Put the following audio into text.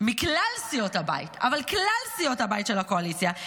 כלל סיעות הבית של הקואליציה,